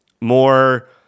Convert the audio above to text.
more